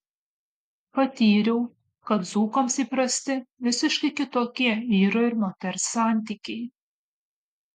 patyriau kad dzūkams įprasti visiškai kitokie vyro ir moters santykiai